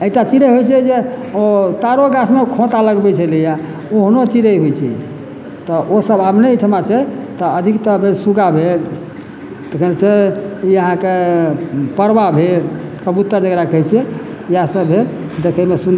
एकटा चिड़ै होइ छै जे ओ तारो गाछमे खोता लगबै छलैया ओहनो चिड़ै होइ छै तऽ ओ सभ आब नहि एहिठमा छै तऽ अधिकतः भेल सुगा भेल तखन सऽ ई अहाँके परवा भेल कबूतर जेकरा कहै छै इएह सभ भेल देखैमे सुनलहुॅं